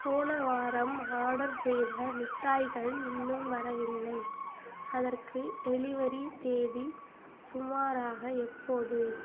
போன வாரம் ஆர்டர் செய்த மிட்டாய்கள் இன்னும் வரவில்லை அதற்கு டெலிவரி தேதி சுமாராக எப்போது